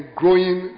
growing